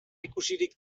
ikusirik